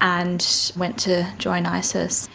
and went to join isis.